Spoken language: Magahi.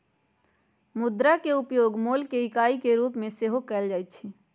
मुद्रा के उपयोग मोल के इकाई के रूप में सेहो कएल जाइ छै